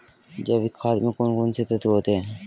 जैविक खाद में कौन कौन से तत्व होते हैं?